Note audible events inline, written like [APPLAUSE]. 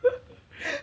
[LAUGHS]